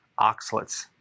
oxalates